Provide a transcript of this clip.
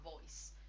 voice